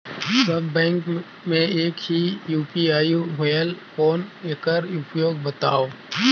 सब bank मे एक ही यू.पी.आई होएल कौन एकर उपयोग बताव?